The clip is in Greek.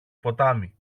ποτάμι